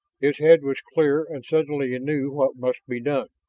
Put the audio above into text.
his head was clearer and suddenly he knew what must be done.